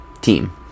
team